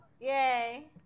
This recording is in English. Yay